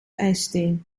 ijsthee